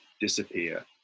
disappear